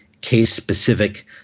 case-specific